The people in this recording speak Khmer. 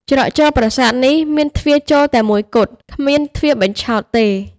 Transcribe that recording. ច្រកចូលប្រាសាទនេះមានទ្វារចូលតែមួយគត់ គ្មានទ្វារបញ្ឆោតទេ។